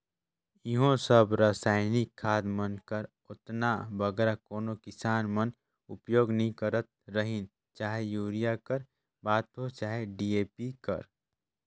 इहों सब रसइनिक खाद मन कर ओतना बगरा कोनो किसान मन उपियोग नी करत रहिन चहे यूरिया कर बात होए चहे डी.ए.पी कर